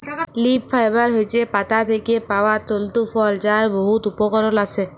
leaf fibre হছে পাতা থ্যাকে পাউয়া তলতু ফল যার বহুত উপকরল আসে